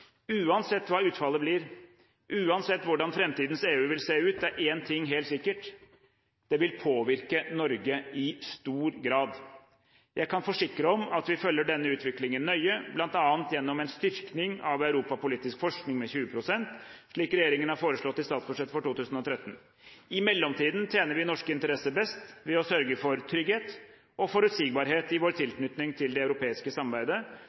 Uansett hva utfallet blir, uansett hvordan framtidens EU vil se ut, er én ting helt sikkert – det vil påvirke Norge i stor grad. Jeg kan forsikre om at vi følger denne utviklingen nøye, bl.a. gjennom en styrking av europapolitisk forskning med 20 pst., slik regjeringen har foreslått i statsbudsjettet for 2013. I mellomtiden tjener vi norske interesser best ved å sørge for trygghet og forutsigbarhet i vår tilknytning til det europeiske samarbeidet.